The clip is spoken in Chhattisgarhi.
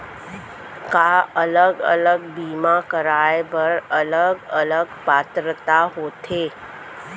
का अलग अलग बीमा कराय बर अलग अलग पात्रता होथे?